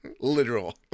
Literal